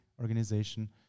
organization